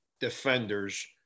defenders